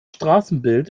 straßenbild